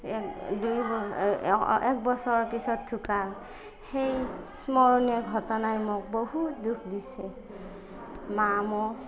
এক দুই এক বছৰৰ পিছত ঢুকাল সেই স্মৰণীয় ঘটনাই মোক বহুত দুখ দিছে মা মোৰ